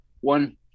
one